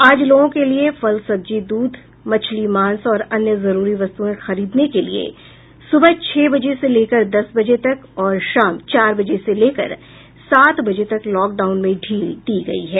आज लोगों के लिये फलसब्जी दूध मछली मांस और अन्य जरूरी वस्तुएं खरीदने के लिये सुबह छह बजे से लेकर दस बजे तक और शाम चार बजे से लेकर सात बजे तक लॉकडाउन में ढील दी गयी है